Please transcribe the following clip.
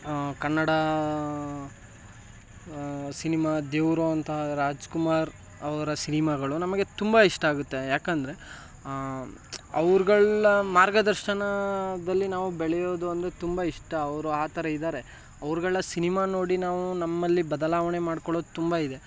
Kannada cinema ದೇವರು ಅಂತ ರಾಜ್ಕುಮಾರ್ ಅವರ ಸಿನಿಮಾಗಳು ನಮಗೆ ತುಂಬ ಇಷ್ಟ ಆಗುತ್ತೆ ಏಕೆಂದ್ರೆ ಅವ್ರುಗಳ ಮಾರ್ಗದರ್ಶನದಲ್ಲಿ ನಾವು ಬೆಳೆಯೋದು ಅಂದರೆ ತುಂಬ ಇಷ್ಟ ಅವರು ಆ ಥರ ಇದ್ದಾರೆ ಅವ್ರುಗಳ ಸಿನಿಮಾ ನೋಡಿ ನಾವು ನಮ್ಮಲ್ಲಿ ಬದಲಾವಣೆ ಮಾಡ್ಕೊಳ್ಳೋದು ತುಂಬ ಇದೆ